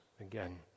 again